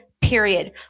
period